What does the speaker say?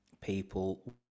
people